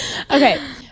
Okay